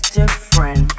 different